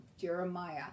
jeremiah